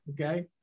okay